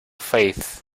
faiths